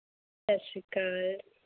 ਸਤਿ ਸ਼੍ਰੀ ਅਕਾਲ